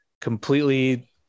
completely